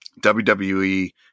WWE